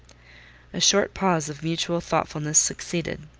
a short pause of mutual thoughtfulness succeeded.